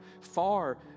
far